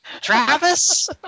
Travis